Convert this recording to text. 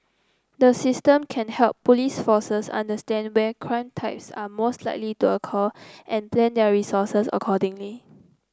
the system can help police forces understand when crime types are most likely to occur and plan their resources accordingly